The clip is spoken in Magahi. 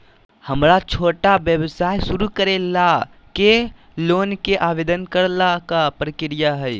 हमरा छोटा व्यवसाय शुरू करे ला के लोन के आवेदन करे ल का प्रक्रिया हई?